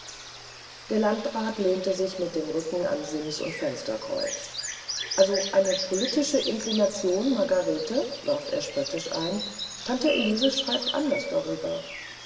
der landrat lehnte sich mit dem rücken an sims und fensterkreuz also eine politische inklination margarete warf er spöttisch hin tante elise schreibt anders darüber